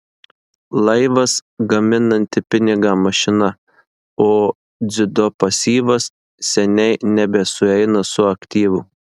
laivas gaminanti pinigą mašina o dzido pasyvas seniai nebesueina su aktyvu